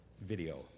video